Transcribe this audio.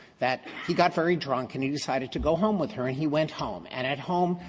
that he got very drunk and he decided to go home with her and he went home. and at home,